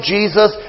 Jesus